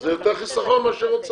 זה יותר חיסכון מאשר הוצאה.